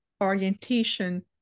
orientation